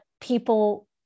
people